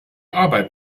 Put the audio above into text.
arbeit